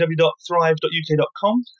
www.thrive.uk.com